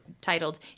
titled